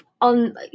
on